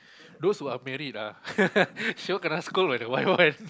those who are married ah sure kena scold by the wife [one]